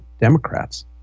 Democrats